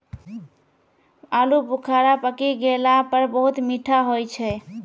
आलू बुखारा पकी गेला पर बहुत मीठा होय छै